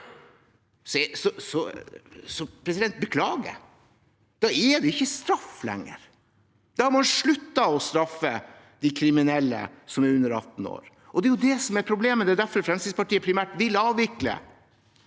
– beklager, men da er det ikke straff lenger. Da har man sluttet å straffe de kriminelle som er under 18 år. Det er jo det som er problemet. Det er derfor Fremskrittspartiet primært vil avvikle